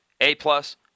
A-plus